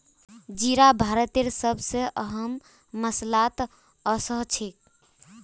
जीरा भारतेर सब स अहम मसालात ओसछेख